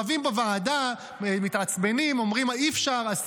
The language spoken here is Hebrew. רבים בוועדה, מתעצבנים, אומרים: אי-אפשר, אסור,